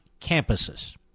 campuses